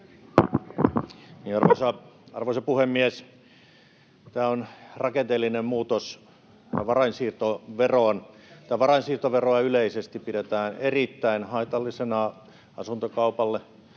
Arvoisa puhemies! Tämä on rakenteellinen muutos varainsiirtoveroon. Varainsiirtoveroa yleisesti pidetään erittäin haitallisena asuntokaupalle.